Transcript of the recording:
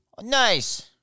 Nice